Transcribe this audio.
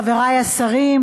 חברי השרים,